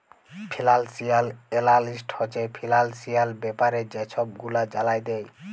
financial analyst হছে financial ব্যাপারে যে ছব গুলা জালায় দেই